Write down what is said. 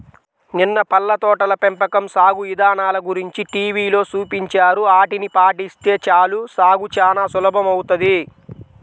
నిన్న పళ్ళ తోటల పెంపకం సాగు ఇదానల గురించి టీవీలో చూపించారు, ఆటిని పాటిస్తే చాలు సాగు చానా సులభమౌతది